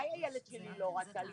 אירית ביקשה ממני חצי שעה אחרי המקרה